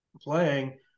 playing